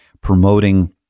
promoting